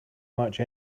much